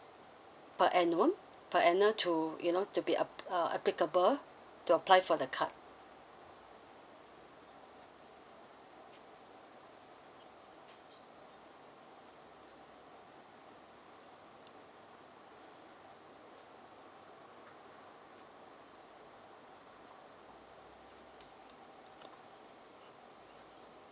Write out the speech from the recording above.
per annum per annum to you know to be ap~ uh applicable to apply for the card